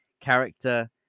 character